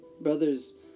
brother's